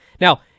Now